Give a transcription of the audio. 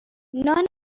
نان